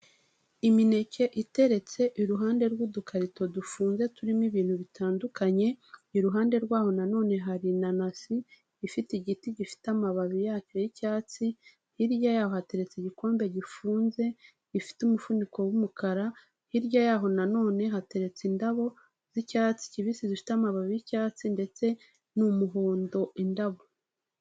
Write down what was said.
Imineke iteretse iruhande rw'udukarito dufunze turimo ibintu bitandukanye, iruhande rwaho na none hari inanasi ifite igiti gifite amababi yacyo y'icyatsi, hirya yaho hateretse igikombe gifunze gifite umufuniko w'umukara, hirya yaho na none hateretse indabo z'icyatsi kibisi zifite amababi y'icyatsi ndetse ni umuhondo indabo.